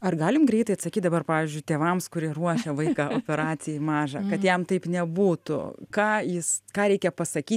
ar galim greitai atsakyk dabar pavyzdžiui tėvams kurie ruošia vaiką operacijai maža kad jam taip nebūtų ką jis ką reikia pasakyt